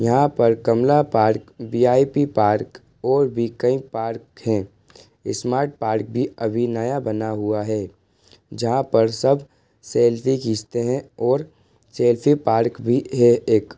यहाँ पर Kamla park B I P park और भी कई पार्क हैं इस्मार्ट पार्क भी अभी नया बना हुआ है जहाँ पर सब सेल्फ़ी खीचते हैं और सेल्फ़ी पार्क भी है एक